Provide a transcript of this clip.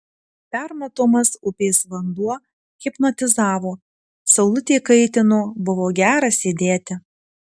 permatomas upė vanduo hipnotizavo saulutė kaitino buvo gera sėdėti